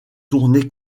tournée